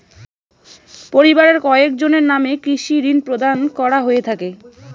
পরিবারের কয়জনের নামে কৃষি ঋণ প্রদান করা হয়ে থাকে?